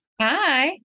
Hi